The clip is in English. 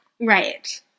Right